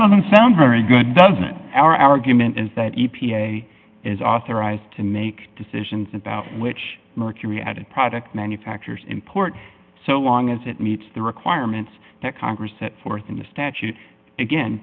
doesn't sound very good doesn't our argument is that e p a is authorized to make decisions about which mercury added products manufacturers import so long as it meets the requirements that congress set forth in the statute again